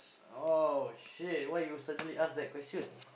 oh shit why you suddenly ask that question